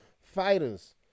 fighters